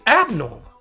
abnormal